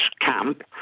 camp